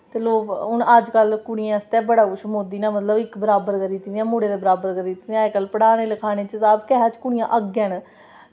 ते लोग हून अज कल कुड़ियै आस्तै बड़ा कुश मोदी नै मतलव इक बराबर करी दित्तियां मुड़ें दे बराबर करी दित्तियां अजकल पढ़ाने लखाने च जागतें शा कुड़ियां अग्गें न